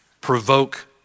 provoke